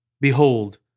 Behold